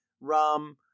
rum